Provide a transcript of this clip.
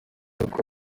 uko